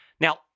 Now